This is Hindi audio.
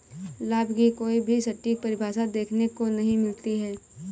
लाभ की कोई भी सटीक परिभाषा देखने को नहीं मिलती है